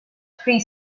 three